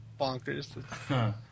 bonkers